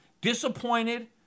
disappointed